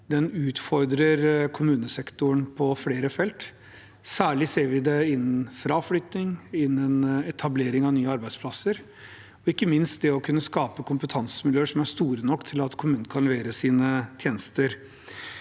utfordrer kommunesektoren på flere felter. Særlig ser vi det innen fraflytting, innen etablering av nye arbeidsplasser og ikke minst i forbindelse med det å kunne skape kompetansemiljøer som er store nok til at kommunene kan levere sine tjenester.